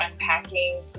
unpacking